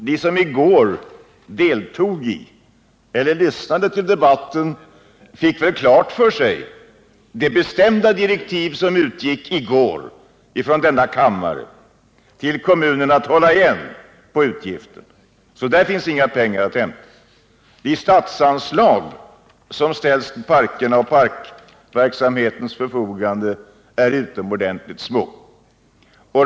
De som i går deltog i eller lyssnade till debatten fick väl klart för sig de bestämda direktiv som utgick från denna kammare till kommunerna att hålla igen med utgifterna, så där finns inga pengar att hämta. De statliga anslag som ställs till parkernas och parkverksamhetens förfogande är ytterligt små.